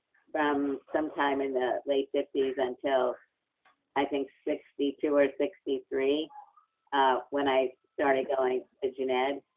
from sometime in the late fifty s until i think sixty two or sixty three when i started going to jened.